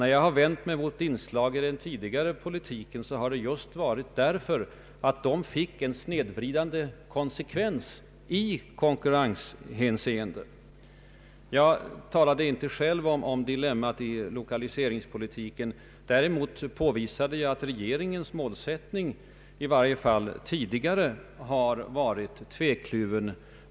När jag har vänt mig mot inslag i den tidigare politiken har det just varit därför att de kunde få snedvridande konsekvenser i konkurrenshänseende. Jag talade inte själv om ”dilemmat” i lokaliseringspolitiken. Däremot påvisade jag att regeringens målsättning, 1 varje fall tidigare, har varit tvekluven.